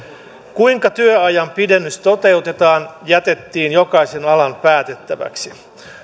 kuinka työajan pidennys toteutetaan jätettiin jokaisen alan päätettäväksi